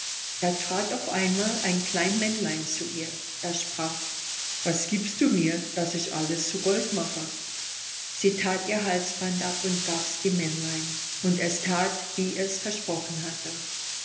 da trat auf einmal ein klein männlein zu ihr das sprach was giebst du mir daß ich alles zu gold mache sie that ihr halsband ab und gabs dem männlein und es that wie es versprochen hatte